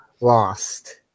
lost